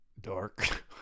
dark